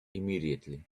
immediately